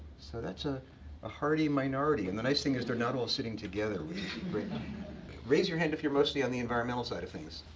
so that's a hardy minority, and the nice thing is they're not all sitting together. raise your hand if you're mostly on the environmental side of things.